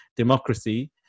democracy